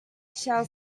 shall